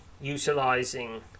Utilizing